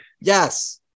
yes